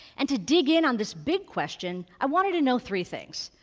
and to dig in on this big question, i wanted to know three things.